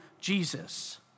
Jesus